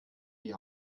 die